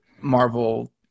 marvel